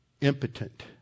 impotent